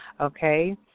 Okay